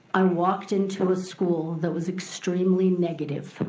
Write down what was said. i walked into a school that was extremely negative